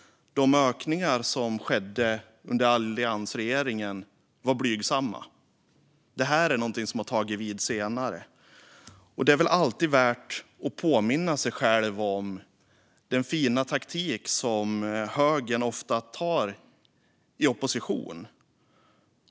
De ökningar som skedde under alliansregeringen var blygsamma. Det här är någonting som har tagit vid senare. Det är väl alltid värt att påminna sig själv om den fina taktik som högern ofta har i opposition.